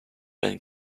when